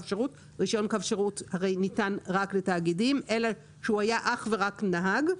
שירות רישיון קו שירות הרי ניתן רק לתאגידים אלא שהוא היה אך ורק נהג,